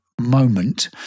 moment